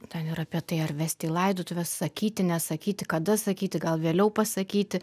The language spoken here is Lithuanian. ten ir apie tai ar vest į laidotuves sakyti nesakyti kada sakyti gal vėliau pasakyti